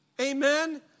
Amen